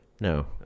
No